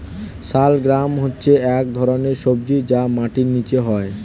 শালগ্রাম হচ্ছে এক ধরনের সবজি যা মাটির নিচে হয়